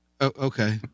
Okay